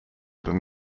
than